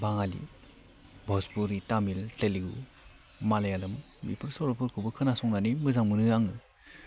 बाङालि भजपुरि तामिल तेलेगु मालायालाम बेफोर सल'फोरखौबो खोनासंनानै मोजां मोनो आङो